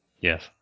Yes